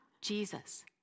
Jesus